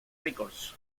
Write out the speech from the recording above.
records